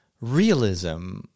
Realism